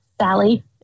Sally